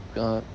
uh